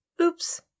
oops